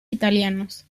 italianos